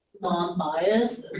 non-biased